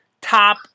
top